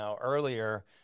earlier